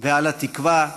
ועל התקווה לשלום.